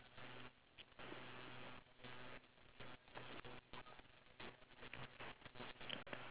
I know how you would do it you'll be like if you don't want to give me for five dollars I'm walking away